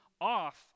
off